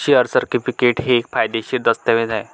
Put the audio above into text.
share certificate हे कायदेशीर दस्तऐवज आहे